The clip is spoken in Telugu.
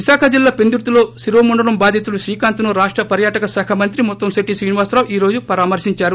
విశాఖ జిల్లా పెందుర్తిలో శిరోముండనం బాధితుడు శ్రీకాంత్ను రాష్ట పర్యాటక శాఖ మంత్రి ముత్తంశిట్టి శ్రీనివాసరావు ఈ రోజు పరామర్శిందారు